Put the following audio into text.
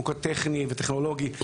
מוקד טכני וטכנולוגי.